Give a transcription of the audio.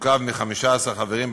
ותורכב מ-15 חברים,